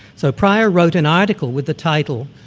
so prior wrote an article with the title,